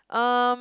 um